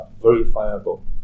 verifiable